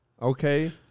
Okay